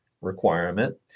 requirement